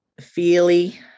feely